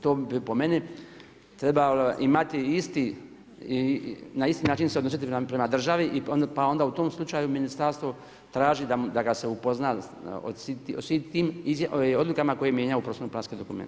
To bi po meni trebalo imati isti, na isti način se odnositi prema državi pa onda u tom slučaju ministarstvo traži da ga se upozna o svim tim odlukama koje je mijenjao u prostorno planske dokumente.